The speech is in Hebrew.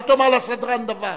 אל תאמר לסדרן דבר.